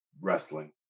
wrestling